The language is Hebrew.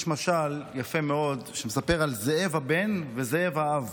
יש משל יפה מאוד שמספר על זאב הבן וזאב האב.